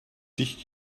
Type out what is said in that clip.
dich